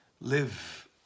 live